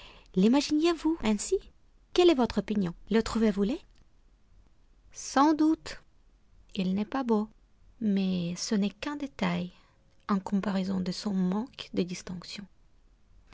woodhouse limaginiez vous ainsi quelle est votre opinion le trouvez-vous laid sans doute il n'est pas beau mais ce n'est qu'un détail en comparaison de son manque de distinction